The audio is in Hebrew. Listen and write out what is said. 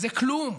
זה כלום.